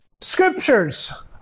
Scriptures